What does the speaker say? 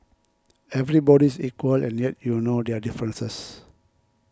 everybody is equal and yet you know their differences